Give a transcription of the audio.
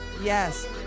Yes